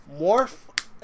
morph